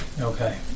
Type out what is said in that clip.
Okay